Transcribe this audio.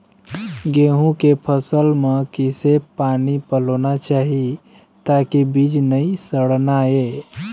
गेहूं के फसल म किसे पानी पलोना चाही ताकि बीज नई सड़ना ये?